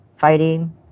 fighting